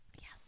yes